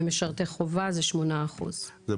ומשרתי חובה זה 18%. כלומר,